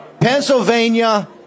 Pennsylvania